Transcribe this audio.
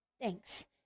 Thanks